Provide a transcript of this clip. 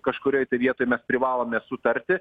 kažkurioj tai vietoj mes privalome sutarti